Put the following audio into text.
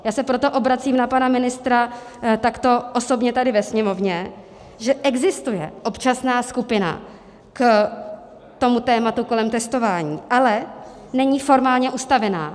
Já se proto obracím na pana ministra takto osobně tady ve sněmovně, že existuje občasná skupina k tomu tématu kolem testování, ale není formálně ustavená.